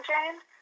James